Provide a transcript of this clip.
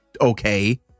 okay